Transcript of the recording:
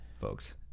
folks